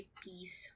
piece